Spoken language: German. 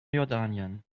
jordanien